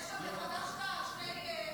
יש פה נורת אזהרה שנדלקה לממשלה,